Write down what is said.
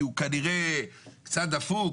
כי הוא כנראה קצת דפוק.